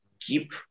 keep